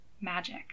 magic